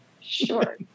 Sure